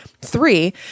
Three